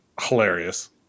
hilarious